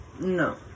No